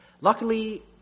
Luckily